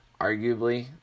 arguably